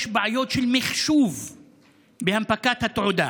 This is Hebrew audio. יש בעיות של מחשוב בהנפקת התעודה.